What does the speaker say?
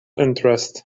interest